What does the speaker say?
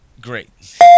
Great